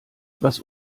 was